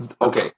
Okay